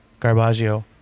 Garbaggio